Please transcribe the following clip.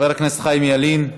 חבר הכנסת חיים ילין,